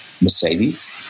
Mercedes